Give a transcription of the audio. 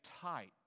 type